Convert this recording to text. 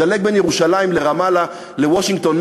מדלג בין ירושלים לרמאללה לוושינגטון,